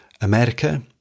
America